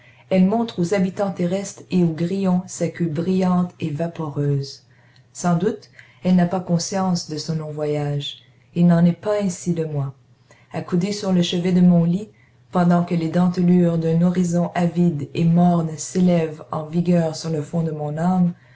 elle montre aux habitants terrestres et aux grillons sa queue brillante et vaporeuse sans doute elle n'a pas conscience de ce long voyage il n'en est pas ainsi de moi accoudé sur le chevet de mon lit pendant que les dentelures d'un horizon aride et morne s'élèvent en vigueur sur le fond de mon âme